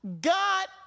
God